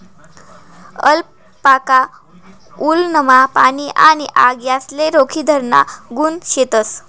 alpaca वुलनमा पाणी आणि आग यासले रोखीधराना गुण शेतस